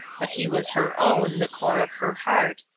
but he was her own, the core of her heart,